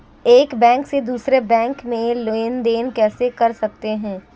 एक बैंक से दूसरे बैंक में लेनदेन कैसे कर सकते हैं?